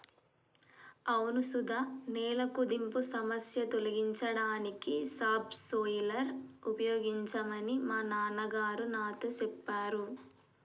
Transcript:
అవును సుధ నేల కుదింపు సమస్య తొలగించడానికి సబ్ సోయిలర్ ఉపయోగించమని మా నాన్న గారు నాతో సెప్పారు